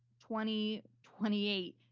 twenty twenty eight.